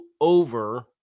over